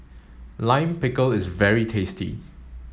Lime Pickle is very tasty